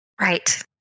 Right